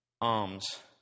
alms